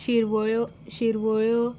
शिरवयो शिरवळ्यो